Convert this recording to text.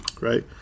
right